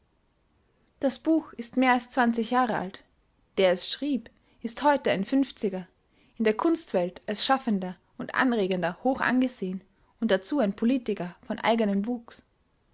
das buch ist mehr als zwanzig jahre alt der es schrieb ist heute ein fünfziger in der kunstwelt als schaffender und anregender hoch angesehen und dazu ein politiker von eigenem wuchs